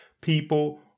people